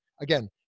Again